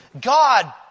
God